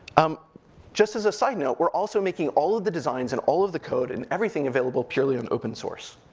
um just as a side note, we're also making all of the designs, and all of the code, and everything available purely on open-source.